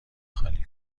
خالی